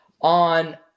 on